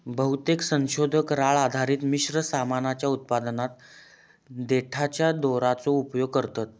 बहुतेक संशोधक राळ आधारित मिश्र सामानाच्या उत्पादनात देठाच्या दोराचो उपयोग करतत